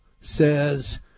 says